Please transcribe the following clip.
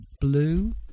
blue